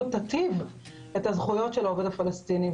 תיטיב את הזכויות של העובד הפלסטיני.